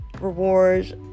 rewards